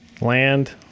land